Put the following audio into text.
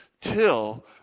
till